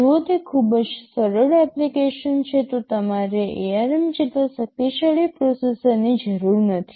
જો તે ખૂબ જ સરળ એપ્લિકેશન છે તો તમારે ARM જેટલા શક્તિશાળી પ્રોસેસરની જરૂર નથી